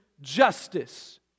justice